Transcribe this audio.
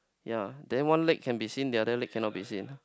yea then one leg can be seen the other leg cannot be seen